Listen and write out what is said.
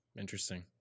Interesting